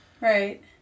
Right